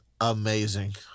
amazing